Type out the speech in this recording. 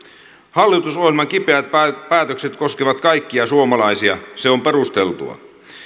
hallitusohjelman kipeät päätökset koskevat kaikkia suomalaisia se on perusteltua